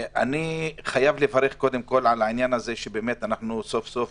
אני חייב לברך, קודם כל, על זה שאנחנו סוף-סוף